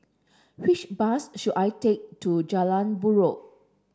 which bus should I take to Jalan Buroh